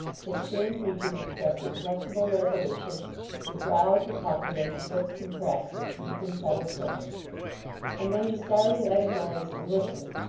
his stern features expressed inflexible resolution his brows were puckered, and his lips compressed, with deep and settled purpose and when he started at a noise and listened,